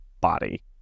body